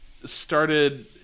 Started